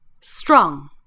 strong